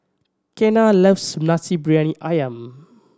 Kenna loves Nasi Briyani Ayam